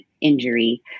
injury